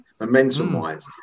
momentum-wise